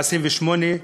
28,